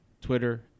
Twitter